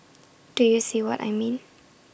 do you see what I mean